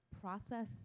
process